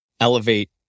elevate